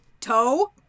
Toe